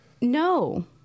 No